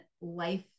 life